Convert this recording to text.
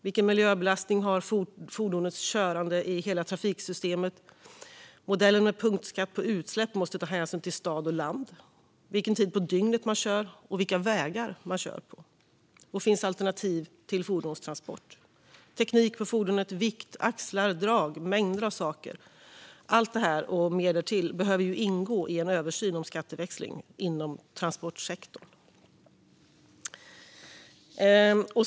Vilken miljöbelastning har fordonets körande i hela trafiksystemet? Modellen med punktskatt på utsläpp måste ta hänsyn till stad och land, till vilken tid på dygnet man kör, till vilka vägar man kör på och till om det finns alternativ till fordonstransport. Teknik på fordonet, vikt, axlar, drag och mängder av saker - allt detta och mer därtill behöver ingå i en översyn om skatteväxling inom transportsektorn.